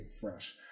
Fresh